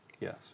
Yes